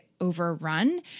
overrun